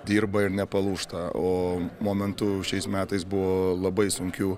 dirba ir nepalūžta o momentų šiais metais buvo labai sunkių